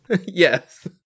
Yes